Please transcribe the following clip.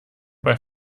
bei